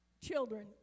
Children